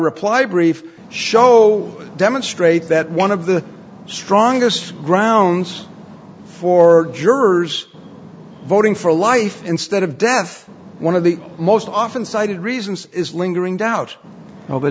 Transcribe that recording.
reply brief show demonstrate that one of the strongest grounds for jurors voting for life instead of death one of the most often cited reasons is lingering doubt o